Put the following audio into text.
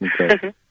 Okay